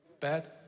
Bad